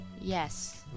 yes